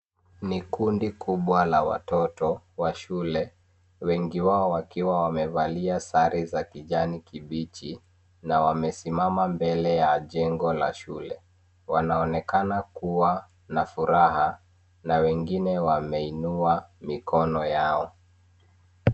Ni kundi kubwa la watoto wa shule wengi wao wakiwa wamevalia sare za kijani kibichi na wamesimama mbele ya jengo la shule. wanaonekana kuwa na furaha na wengine wameunua mikono yao.